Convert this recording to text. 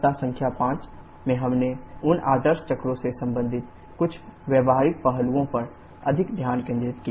सप्ताह संख्या 5 में हमने उन आदर्श चक्रों से संबंधित कुछ व्यावहारिक पहलुओं पर अधिक ध्यान केंद्रित किया